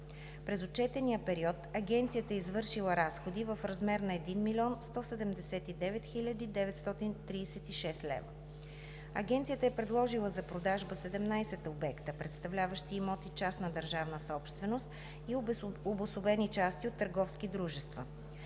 През отчетния период Агенцията е извършила разходи в размер на 1 млн. 179 хил. 936 лв. Агенцията е предложила за продажба 17 обекта, представляващи имоти частна държавна собственост и обособени части от търговски дружества.